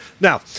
Now